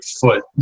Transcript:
foot